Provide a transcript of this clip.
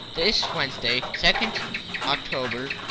this wednesday, second october,